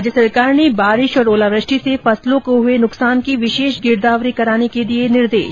राज्य सरकार ने बारिश और ओलावृष्टि से फसलों को हुए नुकसान की विशेष गिरदावरी कराने के दिए निर्देश